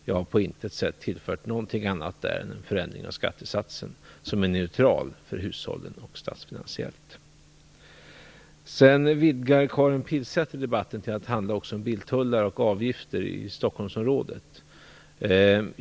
Jag har inte tillfört något annat än en förändring av skattesatsen, som är neutral för hushållen och statsfinansiellt. Karin Pilsäter vidgar debatten till att handla också om biltullar och avgifter i Stockholmsområdet.